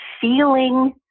feeling